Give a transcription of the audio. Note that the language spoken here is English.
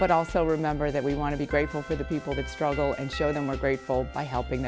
but also remember that we want to be grateful for the people that struggle and show them we're grateful by helping